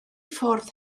ffwrdd